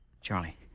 Charlie